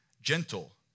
Gentle